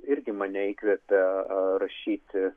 irgi mane įkvepia rašyti